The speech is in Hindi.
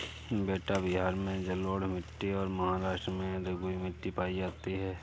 बेटा बिहार में जलोढ़ मिट्टी और महाराष्ट्र में रेगूर मिट्टी पाई जाती है